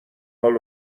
حال